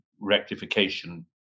rectification